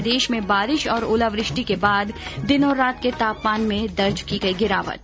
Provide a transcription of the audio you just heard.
प्रदेश में बारिश और ओलावृष्टि के बाद दिन और रात के तापमान में दर्ज की गई गिरावट